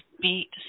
beat